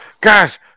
guys